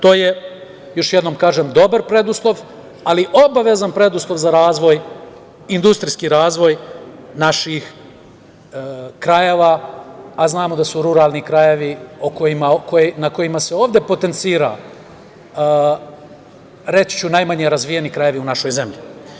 To je, još jednom kažem, dobar preduslov, ali obavezan preduslov za razvoj, industrijski razvoj naših krajeva, a znamo da su ruralni krajevi na kojima se ovde potencira, reći ću, najmanje razvijeni krajevi u našoj zemlji.